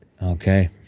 Okay